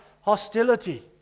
hostility